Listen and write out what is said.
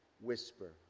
whisper